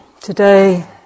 Today